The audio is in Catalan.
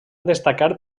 destacar